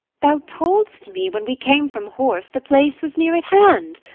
thou told'st me, when we came from horse, the place was near at hand.